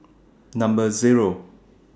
Number Zero